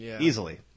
easily